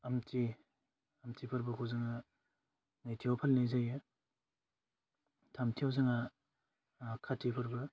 आमथि आमथि फोरबोखौ जोङो नैथियाव फालिनाय जायो थामथियाव जोङो काति फोरबो